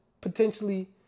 potentially